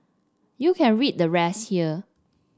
you can read the rest here